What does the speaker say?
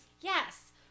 Yes